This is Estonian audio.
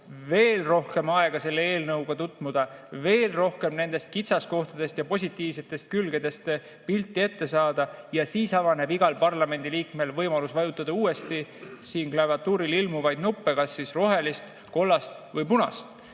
veel rohkem aega selle eelnõuga tutvuda, veel rohkem nendest kitsaskohtadest ja positiivsetest külgedest pildi ette, siis avaneb igal parlamendiliikmel võimalus vajutada uuesti siin klaviatuurile ilmuvaid nuppe: kas rohelist, kollast või punast.